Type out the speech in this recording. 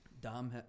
Dom